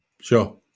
Sure